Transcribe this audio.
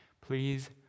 Please